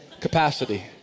capacity